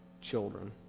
children